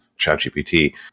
ChatGPT